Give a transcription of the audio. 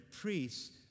priests